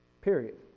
period